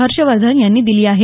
हर्षवर्धन यांनी दिली आहे